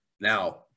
Now